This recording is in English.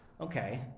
Okay